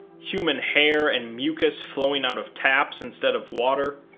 human hair and mucus flowing out of taps instead of water,